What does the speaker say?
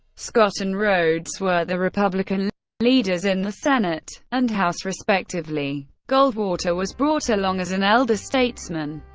scott and rhodes were the republican leaders in the senate and house, respectively goldwater was brought along as an elder statesman.